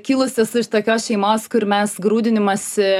kilusios iš tokios šeimos kur mes grūdinimąsi